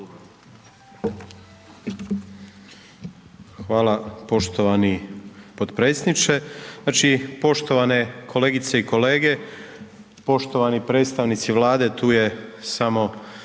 Hvala poštovani potpredsjedniče. Znači, poštovane kolegice i kolege, poštovani predstavnici Vlade, tu je samo